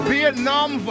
Vietnam